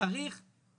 סליחה, אנחנו מתנצלים.